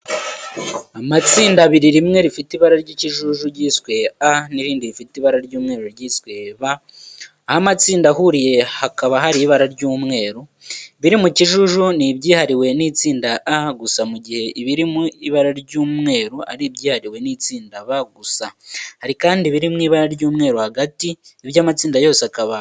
Amatsinda abiri, rimwe rifite ibara ry'ikijuju ryiswe A n'irindi rifite ibara ry'umweru ryiswe B. Aho amatsinda ahuriye hakaba hari ibara ry'umweru. Ibiri mu kijuju ni ibyihariwe n'itsinda A gusa mu gihe ibiri mu ibara ry'umweru ari ibyihariwe n'itsinda B gusa. Hari kandi ibiri mu ibara ry'umweru hagati, ibyo amatsinda yose akaba abihuriyeho.